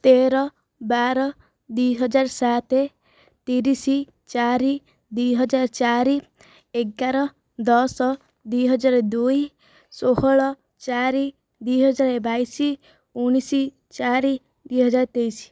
ତେର ବାର ଦୁଇ ହଜାର ସାତ ତିରିଶ ଚାରି ଦୁଇ ହଜାର ଚାରି ଏଗାର ଦଶ ଦୁଇ ହଜାର ଦୁଇ ଷୋହଳ ଚାରି ଦୁଇ ହଜାର ବାଇଶ ଉଣେଇଶ ଚାରି ଦୁଇ ହଜାର ତେଇଶ